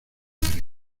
derecho